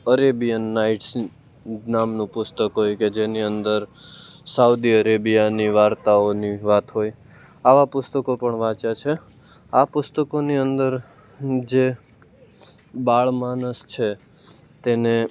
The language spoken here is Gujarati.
અરેબિયન નાઇટ્સ નામનું પુસ્તક હોય કે જેની અંદર સાઉદી અરેબીયાની વાર્તાઓની વાત હોય આવા પુસ્તકો પણ વાંચ્યા છે આ પુસ્તકોની અંદર જે બાળ માનસ છે તેને